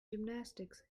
gymnastics